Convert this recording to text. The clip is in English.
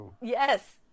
Yes